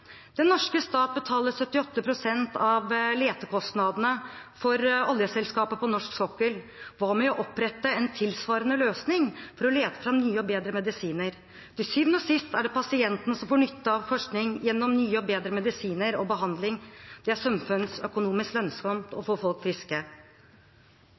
Den norske stat betaler 78 pst. av letekostnadene for oljeselskaper på norsk sokkel. Hva med å opprette en tilsvarende løsning for å lete fram nye og bedre medisiner? Til syvende og sist er det pasientene som får nytte av forskning gjennom nye og bedre medisiner og behandling. Det er samfunnsøkonomisk lønnsomt å